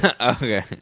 Okay